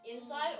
Inside